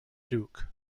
duke